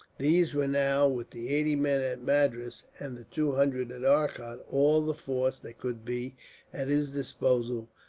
these were now, with the eighty men at madras, and the two hundred at arcot, all the force that could be at his disposal,